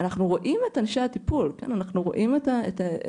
אנחנו רואים את אנשי הטיפול, אנחנו רואים את צחי,